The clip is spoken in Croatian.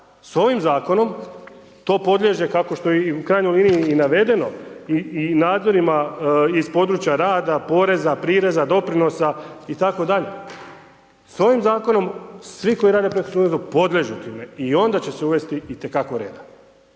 s ovim zakonom, to podliježe, kako što je i u krajnjoj liniji i navedeno, i nadzorima iz područja rada, poreza, prireza, doprinosa itd. S ovim zakonom svi koji rade .../Govornik se ne razumije./... podliježu time i onda će se uvesti itekako reda.